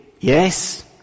yes